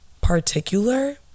particular